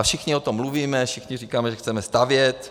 Všichni o tom mluvíme, všichni říkáme, že chceme stavět.